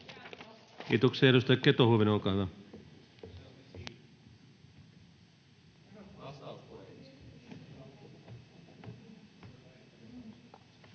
Kiitos, edustaja